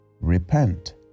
repent